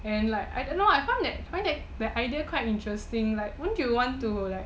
and like I don't know I find that I find that idea quite interesting like wouldn't you want to like